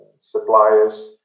suppliers